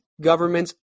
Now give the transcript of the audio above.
governments